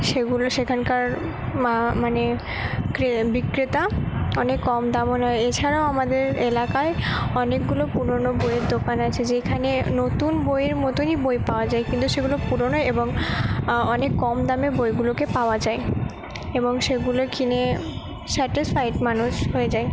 সেগুলো সেখানকার মানে বিক্রেতা অনেক কম দামও নেয় এছাড়াও আমাদের এলাকায় অনেকগুলো পুরনো বইয়ের দোকান আছে যেখানে নতুন বইয়ের মতনই বই পাওয়া যায় কিন্তু সেগুলো পুরোনো এবং অনেক কম দামে বইগুলোকে পাওয়া যায় এবং সেগুলো কিনে স্যাটিসফাইড মানুষ হয়ে যায়